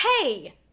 hey